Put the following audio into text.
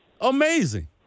Amazing